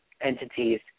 entities